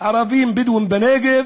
הערבים-בדואים בנגב